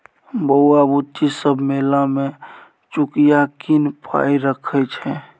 बौआ बुच्ची सब मेला मे चुकिया कीन पाइ रखै छै